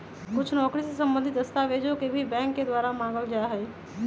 कुछ नौकरी से सम्बन्धित दस्तावेजों के भी बैंक के द्वारा मांगल जा हई